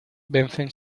vencen